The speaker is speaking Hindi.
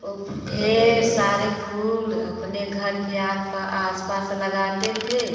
ओ ढेर सारे फूल अपने घर के आस पास लगाते थे